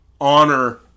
honor